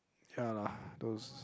ya lah those